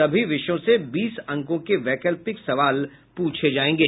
सभी विषयों से बीस अंकों के वैकल्पिक सवाल पूछे जायेंगे